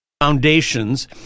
foundations